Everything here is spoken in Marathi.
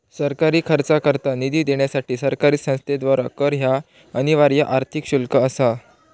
सरकारी खर्चाकरता निधी देण्यासाठी सरकारी संस्थेद्वारा कर ह्या अनिवार्य आर्थिक शुल्क असा